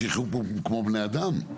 שיחיו כמו בני אדם.